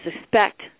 suspect